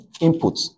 input